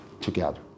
together